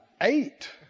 eight